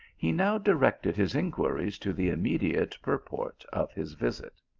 he now directed his inquiries to the immediate purport of his visit.